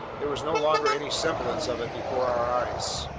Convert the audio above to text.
there was no longer any semblance of it before our eyes.